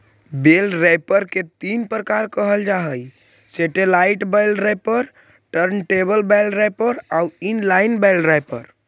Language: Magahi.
बेल रैपर के तीन प्रकार कहल जा हई satellite bale wrapper, turntable bale wrapper आउ इन लाइन बेल रैपर